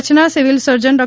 કચ્છના civil surgeon ડો